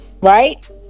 Right